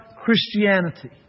Christianity